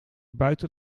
buiten